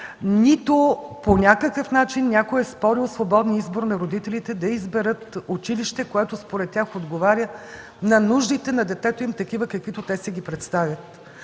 нито по някакъв начин някой е оспорил свободния избор на родителите да изберат училище, което според тях отговаря на нуждите на детето им, каквито те си ги представят.